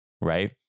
right